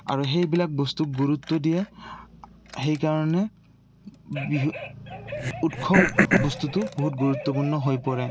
আৰু সেইবিলাক বস্তুক গুৰুত্ব দিয়ে সেইকাৰণে বিহু উৎসৱ বস্তুটো বহুত গুৰুত্বপূৰ্ণ হৈ পৰে